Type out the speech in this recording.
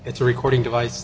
it's a recording device